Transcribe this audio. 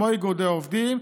כמו איגודי עובדים,